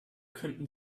könnten